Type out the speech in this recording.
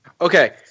Okay